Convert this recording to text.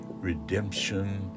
Redemption